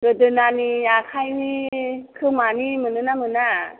गोदोनानि आखाइनि खोमानि मोनो ना मोना